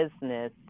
business